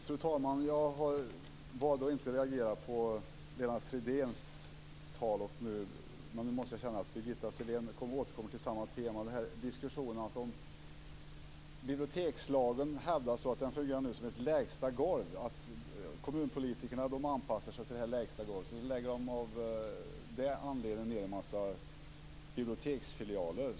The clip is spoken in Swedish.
Fru talman! Jag valde att inte reagera på Lennart Fridéns tal, men nu känner jag att Birgitta Sellén återkommer till samma tema. Man hävdar att bibliotekslagen fungerar som ett lägsta golv. Kommunpolitikerna antas anpassa sig till det lägsta golvet, och sedan lägger de av den anledningen ned en massa biblioteksfilialer.